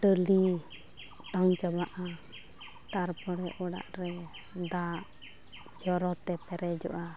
ᱴᱟᱹᱞᱤ ᱚᱴᱟᱝ ᱪᱟᱵᱟᱼᱟ ᱛᱟᱨᱯᱚᱨᱮ ᱚᱲᱟᱜ ᱨᱮ ᱫᱟᱜ ᱡᱚᱨᱚᱛᱮ ᱯᱮᱨᱮᱡᱚᱜᱼᱟ